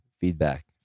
feedback